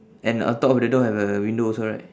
and on top of the door have a window also right